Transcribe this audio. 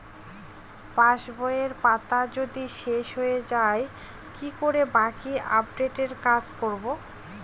পাসবইয়ের পাতা যদি শেষ হয়ে য়ায় কি করে বাকী আপডেটের কাজ করব?